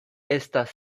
estas